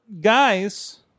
guys